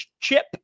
chip